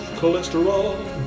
cholesterol